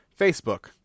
Facebook